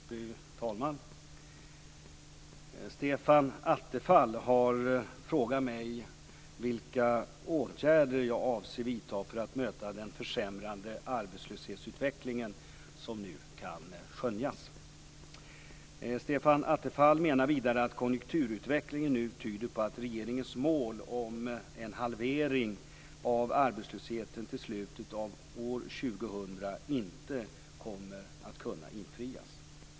Fru talman! Stefan Attefall har frågat mig vilka åtgärder jag avser vidta för att möta den försämrade arbetslöshetsutveckling som nu kan skönjas. Stefan Attefall menar vidare att konjunkturutvecklingen nu tyder på att regeringens mål om en halvering av arbetslösheten till slutet av år 2000 inte kommer att kunna infrias.